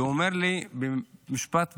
והוא אומר לי משפט פשוט,